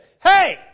Hey